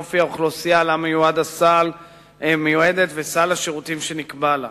אופי האוכלוסייה המיועדת וסל השירותים שנקבע לה.